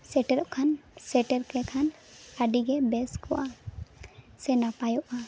ᱥᱮᱴᱮᱨᱚᱜ ᱠᱷᱟᱱ ᱥᱮᱴᱮᱨ ᱠᱮ ᱠᱷᱟᱱ ᱟᱹᱰᱤ ᱜᱮ ᱵᱮᱥ ᱠᱚᱜᱼᱟ ᱥᱮ ᱱᱟᱯᱟᱭᱚᱜᱼᱟ